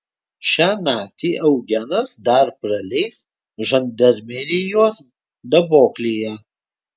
šią naktį eugenas dar praleis žandarmerijos daboklėje